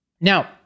Now